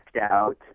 out